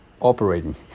Operating